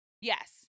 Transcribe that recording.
yes